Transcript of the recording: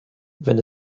wenn